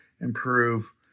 improve